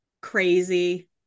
crazy